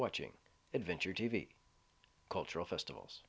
watching adventure t v cultural festivals